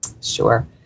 Sure